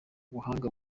buhanga